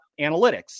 analytics